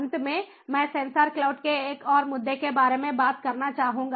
अंत में मैं सेंसर क्लाउड के एक और मुद्दे के बारे में बात करना चाहूंगा